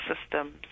systems